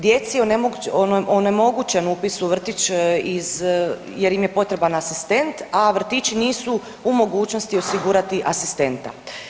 Djeci je onemogućen upis u vrtić iz jer im je potreban asistent, a vrtići nisu u mogućnosti osigurati asistenta.